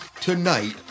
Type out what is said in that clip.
Tonight